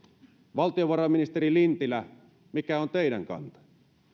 valtiovarainministeri lintilä mikä on teidän kantanne